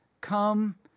come